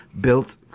built